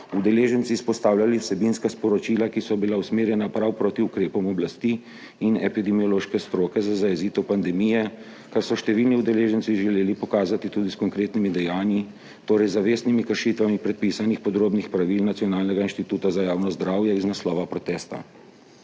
udeleženci izpostavljali vsebinska sporočila, ki so bila usmerjena prav proti ukrepom oblasti in epidemiološke stroke za zajezitev pandemije, kar so številni udeleženci želeli pokazati tudi s konkretnimi dejanji, torej z zavestnimi kršitvami predpisanih podrobnih pravil Nacionalnega inštituta za javno zdravje iz naslova protesta.